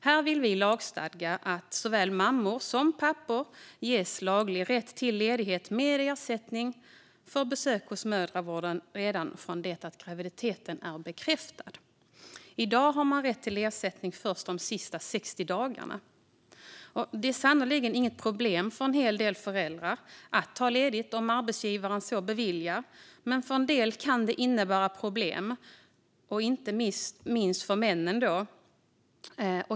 Här vill vi lagstadga att såväl mammor som pappor ges laglig rätt till ledighet med ersättning för besök hos mödravården redan från det att graviditeten är bekräftad. I dag har man rätt till ersättning först de sista 60 dagarna. Det är sannerligen inget problem för en hel del föräldrar att ta ledigt om arbetsgivaren beviljar det, men för en del kan det innebära problem. Inte minst gäller detta männen.